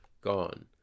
Gone